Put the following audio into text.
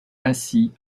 ainsi